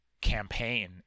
campaign